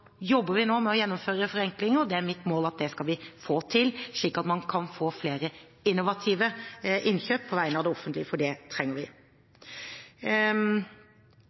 jobber vi nå med å gjennomføre forenklinger. Det er mitt mål at det skal vi få til, slik at man kan få flere innovative innkjøp på vegne av det offentlige, for det trenger vi.